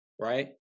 right